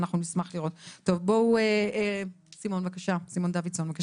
סימון דוידסון, בבקשה.